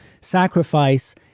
sacrifice